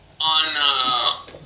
On